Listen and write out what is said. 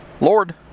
Lord